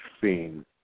seen